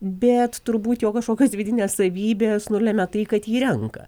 bet turbūt jo kažkokios vidinės savybės nulemia tai kad jį renka